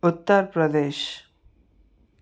Uttar Pradesh